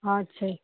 ਅੱਛਾ ਜੀ